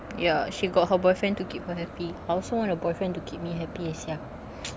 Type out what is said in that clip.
ya she got her boyfriend to keep her happy I also want a boyfriend to keep me happy eh sia